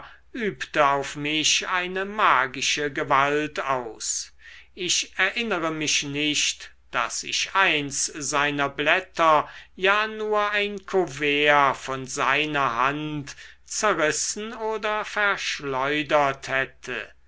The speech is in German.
übte auf mich eine magische gewalt aus ich erinnere mich nicht daß ich eins seiner blätter ja nur ein couvert von seiner hand zerrissen oder verschleudert hätte